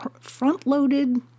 front-loaded